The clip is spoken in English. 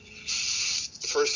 first